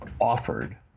offered